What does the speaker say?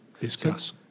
discuss